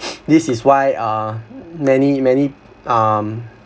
this is why uh many many um